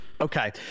Okay